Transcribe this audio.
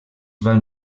van